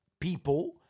people